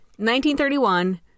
1931